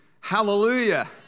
hallelujah